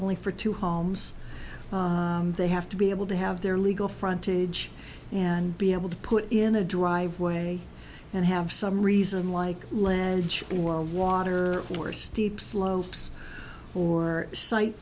only for two homes they have to be able to have their legal frontage and be able to put in a driveway and have some reason like ledge water or steep slopes or si